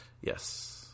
Yes